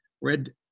red